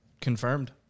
Confirmed